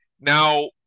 Now